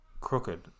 crooked